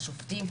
על שופטים,